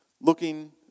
looking